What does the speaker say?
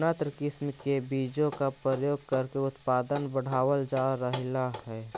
उन्नत किस्म के बीजों का प्रयोग करके उत्पादन बढ़ावल जा रहलइ हे